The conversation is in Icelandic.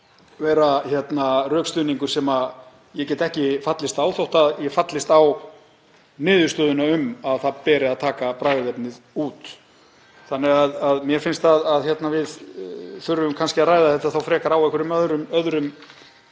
mér vera rökstuðningur sem ég get ekki fallist á þó að ég fallist á niðurstöðuna um að það beri að taka bragðefnið út. Þannig að mér finnst að við þurfum kannski að ræða þetta frekar á öðrum